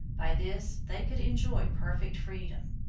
by this they could enjoy perfect freedom,